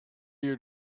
your